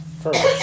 first